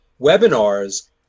webinars